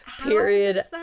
period